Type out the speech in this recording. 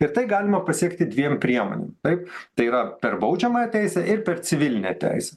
ir tai galima pasiekti dviem priemonėm taip tai yra per baudžiamą teisę ir per civilinę teisę